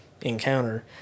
encounter